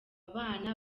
bana